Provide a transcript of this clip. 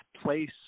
place